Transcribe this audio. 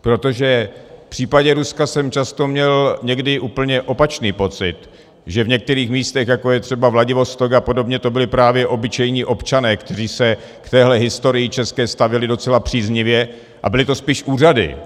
Protože v případě Ruska jsem často měl někdy úplně opačný pocit, že v některých místech, jako je třeba Vladivostok a podobně, to byli právě obyčejní občané, kteří se k téhle české historii stavěli docela příznivě, a byly to spíš úřady,